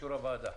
באישור הוועדה?